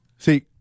See